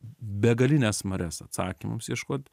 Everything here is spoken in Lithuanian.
begalines marias atsakymams ieškot